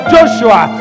Joshua